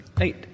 eight